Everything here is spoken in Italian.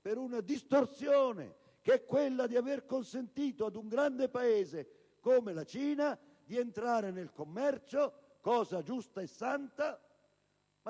per una distorsione: quella cioè di aver consentito ad un grande Paese come la Cina di entrare nel commercio (cosa giusta e santa),